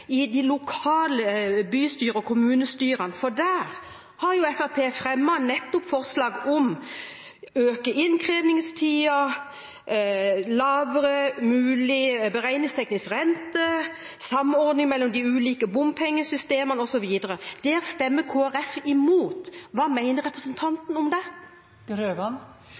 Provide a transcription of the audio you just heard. i de lokale bystyrene og kommunestyrene, for der har jo Fremskrittspartiet fremmet forslag nettopp om å øke innkrevingstiden, lavere mulig beregningsteknisk rente, samordning mellom de ulike bompengesystemene, osv. Det stemmer Kristelig Folkeparti imot. Hva mener representanten om det?